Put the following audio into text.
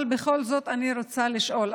אבל בכל זאת אני רוצה לשאול.